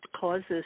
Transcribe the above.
causes